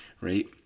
right